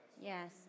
Yes